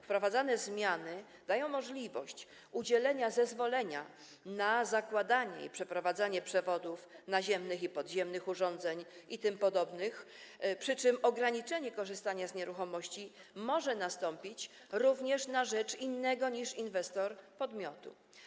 Wprowadzane zmiany dają możliwość udzielenia zezwolenia na zakładanie i przeprowadzanie przewodów naziemnych i podziemnych urządzeń itp., przy czym ograniczenie korzystania z nieruchomości może nastąpić również na rzecz innego niż inwestor podmiotu.